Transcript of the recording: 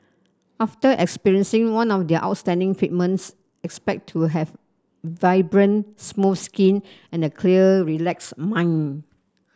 after experiencing one of their outstanding treatments expect to have vibrant smooth skin and a clear relaxed mind